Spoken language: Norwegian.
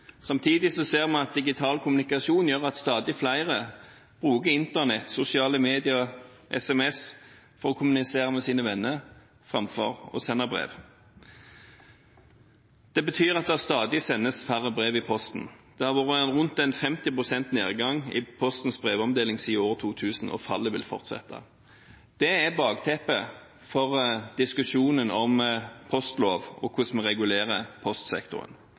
Samtidig ser en at digital kommunikasjon gjør at stadig flere bruker Internett, sosiale medier og SMS for å kommunisere med sine venner framfor å sende brev. Det betyr at det stadig sendes færre brev i posten. Det har vært rundt 50 pst. nedgang i Postens brevomdeling siden år 2000, og nedgangen vil fortsette. Dette er bakteppet for diskusjonen om postloven og om hvordan vi regulerer postsektoren.